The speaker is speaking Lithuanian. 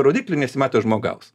rodiklį nesimato žmogaus